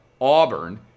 Auburn